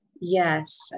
Yes